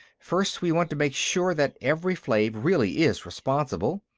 first, we want to be sure that evri-flave really is responsible.